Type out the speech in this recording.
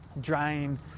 drying